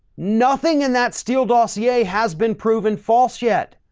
nothing in that steele dossier has been proven false yet.